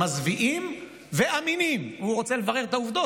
"מזוויעים ואמינים" הוא רוצה לברר את העובדות,